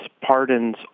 pardons